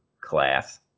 class